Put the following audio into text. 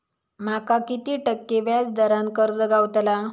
माका किती टक्के व्याज दरान कर्ज गावतला?